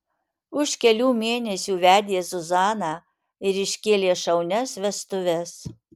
už kelių mėnesių vedė zuzaną ir iškėlė šaunias vestuves